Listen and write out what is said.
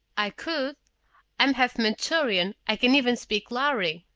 i could i'm half mentorian, i can even speak lhari.